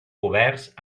coberts